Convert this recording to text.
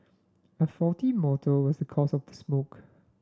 a faulty motor was the cause of the smoke